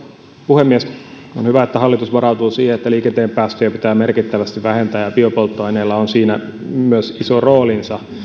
puhemies on hyvä että hallitus varautuu siihen että liikenteen päästöjä pitää merkittävästi vähentää ja biopolttoaineilla on siinä myös iso roolinsa